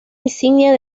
insignia